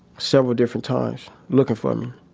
several different times looking for um